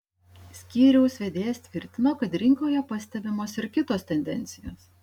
skyriaus vedėjas tvirtino kad rinkoje pastebimos ir kitos tendencijos